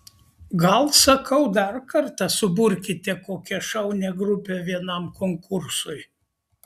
gal sakau dar kartą suburkite kokią šaunią grupę vienam konkursui